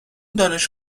دانش